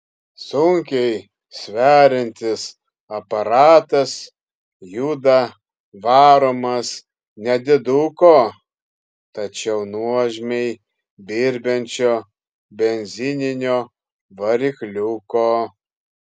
sunkiai sveriantis aparatas juda varomas nediduko tačiau nuožmiai birbiančio benzininio varikliuko